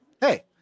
hey